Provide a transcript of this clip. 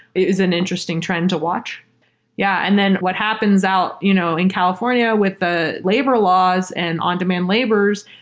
is an interesting trend to watch yeah. and then what happens out you know in california with the labor laws and on-demand labors,